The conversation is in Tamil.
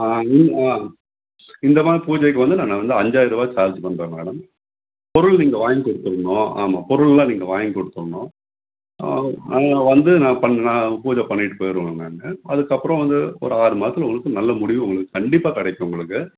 ஆ ஆ இந்த மாதிரி பூஜைக்கு வந்து நான் வந்து அஞ்சாயிரம் ரூபா சார்ஜ் பண்ணுறேன் மேடம் பொருள் நீங்கள் வாங்கி கொடுத்துர்ணும் ஆமாம் பொருளெலாம் நீங்கள் வாங்கி கொடுத்துர்ணும் வந்து நான் பண்ண நான் பூஜை பண்ணிவிட்டு போயிடுவேங்க நான் அதுக்கப்புறம் வந்து ஒரு ஆறு மாதத்துல உங்களுக்கு நல்ல முடிவு உங்களுக்கு கண்டிப்பாக கிடைக்கும் உங்களுக்கு